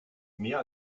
mehr